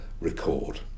record